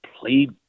played